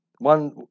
One